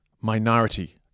minority